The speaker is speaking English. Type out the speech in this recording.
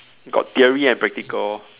got theory and practical